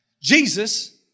Jesus